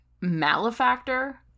Malefactor